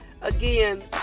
again